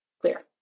clear